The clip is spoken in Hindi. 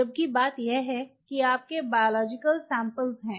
जबकि बात यह है कि आपके बायोलॉजिकल सैम्पल्स वहाँ हैं